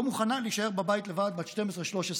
לא מוכנה להישאר בבית לבד, בת 13-12,